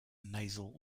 nasal